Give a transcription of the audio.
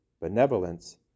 benevolence